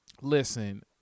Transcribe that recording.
listen